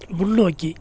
முன்னோக்கி